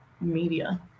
media